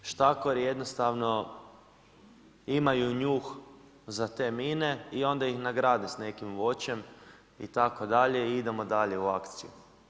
Štakori jednostavno imaju njuh za te mine i onda ih nagrade sa nekim voćem itd. i idemo dalje u akciju.